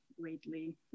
greatly